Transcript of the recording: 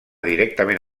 directament